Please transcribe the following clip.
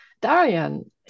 Darian